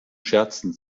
scherzen